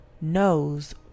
knows